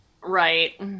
Right